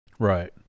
right